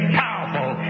powerful